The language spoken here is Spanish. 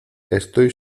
estoy